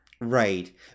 Right